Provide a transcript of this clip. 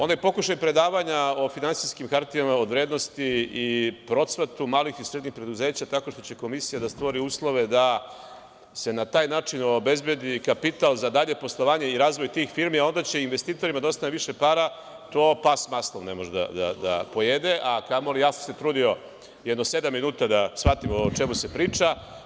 Onaj pokušaj predavanja o finansijskim hartijama od vrednosti i procvatu malih i srednjih preduzeća tako što će Komisija da stvori uslove da se na taj način obezbedi kapital za dalje poslovanje i razvoj tih firmi, a onda će investitorima da ostane više para, to pas s maslom ne može da pojede, a kamoli, ja sam se trudio jedno sedam minuta da shvatim o čemu se priča.